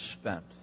spent